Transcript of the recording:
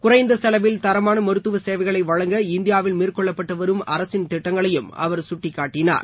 குறைந்த செலவில் தரமான மருத்துவ சேவைகளை வழங்க இந்தியாவில் மேற்கொள்ளப்பட்டு வரும் அரசின் திட்டங்களையும் அவர் சுட்டிக்காட்டினார்